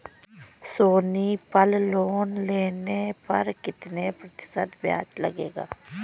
सोनी पल लोन लेने पर कितने प्रतिशत ब्याज लगेगा?